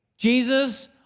Jesus